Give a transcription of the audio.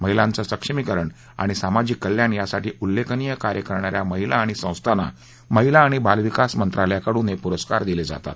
महिलांचं सक्षमीकरण आणि सामाजिक कल्याण यासाठी उल्लेखनीय कार्य करणाऱ्या महिला आणि संस्थांना महिला आणि बालविकास मंत्रालयाकडून हे पुरस्कार दिले जातात